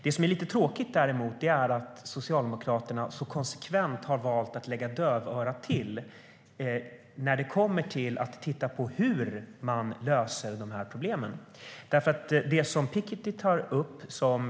Det som är lite tråkigt är att Socialdemokraterna konsekvent har valt att lägga dövörat till när det gäller att titta på hur man ska lösa problemen.